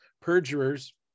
perjurers